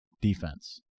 defense